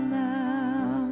now